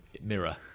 mirror